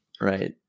Right